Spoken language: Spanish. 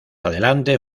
adelante